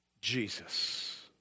Jesus